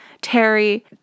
terry